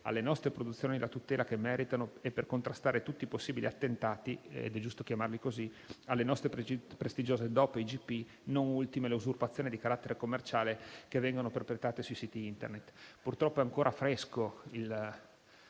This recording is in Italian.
alle nostre produzioni la tutela che meritano e per contrastare tutti i possibili attentati - è giusto chiamarli così - alle nostre prestigiose DOP e IGP, non ultime le usurpazioni di carattere commerciale che vengono perpetrate sui siti Internet. Purtroppo è ancora fresco il